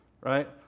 right